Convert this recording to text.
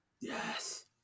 yes